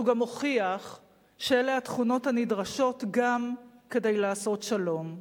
אבל הוא גם הוכיח שאלה התכונות הנדרשות גם כדי לעשות שלום.